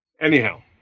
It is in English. Anyhow